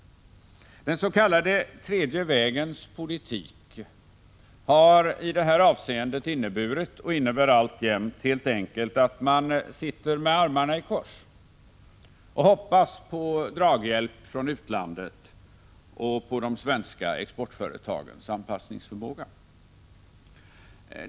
Den s.k. tredje vägens politik har i detta avseende inneburit och innebär alltjämt helt enkelt att man sitter med armarna i kors och hoppas på draghjälp från utlandet och på de svenska exportföretagens anpassningsförmåga.